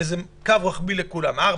ללכת על קו רוחבי לכולם 4,